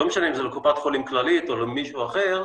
לא משנה אם לקופת חולים כללית או למישהו אחר,